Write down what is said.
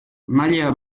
maila